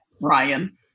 ryan